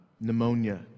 pneumonia